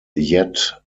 yet